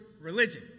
religion